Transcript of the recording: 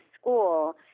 school